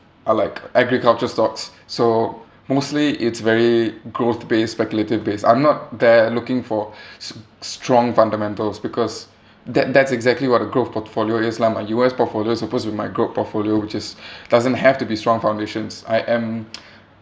are like agriculture stocks so mostly it's very growth based speculative base I'm not there looking for s~ strong fundamentals because that that's exactly what a growth portfolio is lah my U_S portfolio is supposed to be my growth portfolio which is doesn't have to be strong foundations I am